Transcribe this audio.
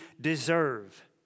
deserve